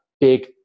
big